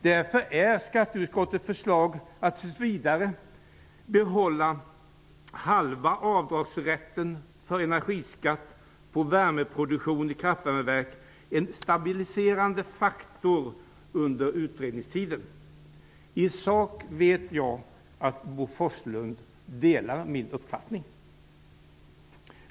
Därför är skatteutskottets förslag, att tills vidare behålla halva avdragsrätten för energiskatt på värmeproduktion i kraftvärmeverk, en stabiliserande faktor under utredningstiden. Jag vet att Bo Forslund i sak delar min uppfattning.